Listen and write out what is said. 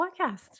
podcast